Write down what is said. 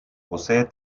posee